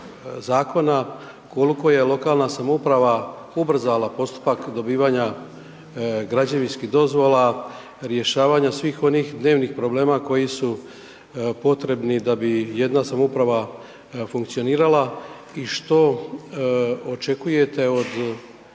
zakona, koliko je lokalna samouprava ubrzala postupak dobivanja građevinskih dozvola, rješavanja svih onih dnevnih problema koji su potrebni da bi jedna samouprava funkcionirala i što očekujete od,